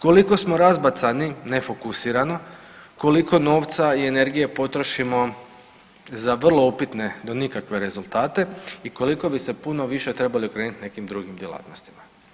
Koliko smo razbacani, nefokusirano, koliko novca i energije potrošimo za vrlo upitne do nikakve rezultate i koliko bi se puno više trebali okrenuti nekim drugim djelatnostima.